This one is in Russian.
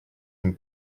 ним